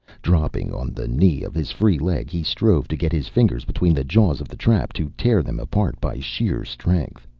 dropping on the knee of his free leg, he strove to get his fingers between the jaws of the trap, to tear them apart by sheer strength.